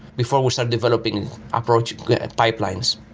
before we start developing approach pipelines,